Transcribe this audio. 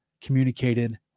communicated